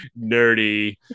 nerdy